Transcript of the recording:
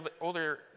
older